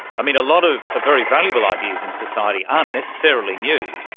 i mean a lot of very valuable ideas in society aren't necessarily new,